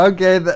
Okay